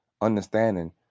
understanding